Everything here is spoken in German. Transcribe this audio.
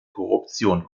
korruption